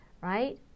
right